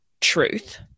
truth